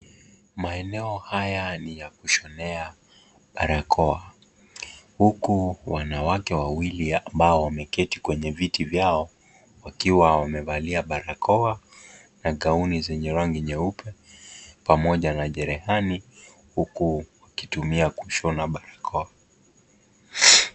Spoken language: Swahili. Maeneo haya ni ya kushonea barakoa huku wanawake wawili ambao wameketi kwenye viti vyao wakiwa wamevalia barakoa na gauni zenye rangi nyeupe pamoja na cherehani huku wakitumia kushona barakoa.